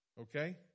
Okay